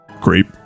Creep